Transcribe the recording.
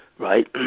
Right